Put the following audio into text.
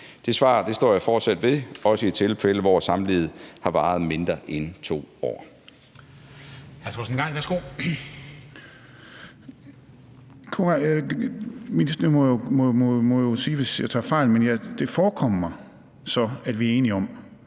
Det svar står jeg fortsat ved, også i tilfælde, hvor samlivet har varet mindre end 2 år.